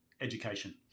education